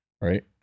right